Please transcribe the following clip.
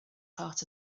part